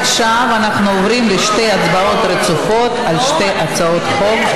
עכשיו אנחנו עוברים לשתי הצבעות רצופות על שתי הצעות חוק.